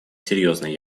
серьезной